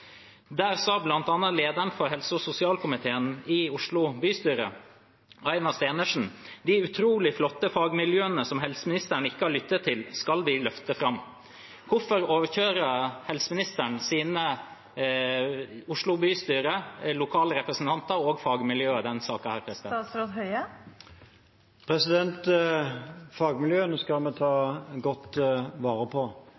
Der sa bl.a. lederen for helse- og sosialkomiteen i Oslo bystyre, Aina Stenersen: «De utrolig flotte fagmiljøene som helseministeren ikke har lyttet til, skal vi løfte frem.» Hvorfor overkjører helseministeren Oslo bystyre, lokale representanter og fagmiljøene i denne saken? Fagmiljøene skal vi ta godt vare på.